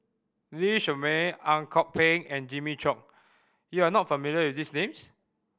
Lee Shermay Ang Kok Peng and Jimmy Chok you are not familiar with these names